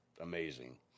amazing